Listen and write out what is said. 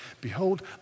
Behold